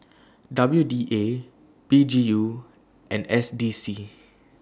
W D A P G U and S D C